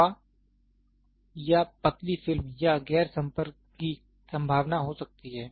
हवा या पतली फिल्म या गैर संपर्क की संभावना हो सकती है